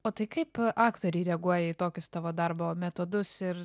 o tai kaip aktoriai reaguoja į tokius tavo darbo metodus ir